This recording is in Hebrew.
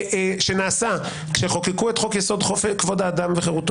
שנעשו כשחוקקו את חוק-יסוד: כבוד האדם וחירותו,